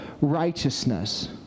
righteousness